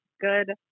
good